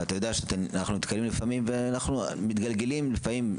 ואתה יודע, אנחנו נתקלים לפעמים, מתגלגלים לפעמים,